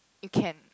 you can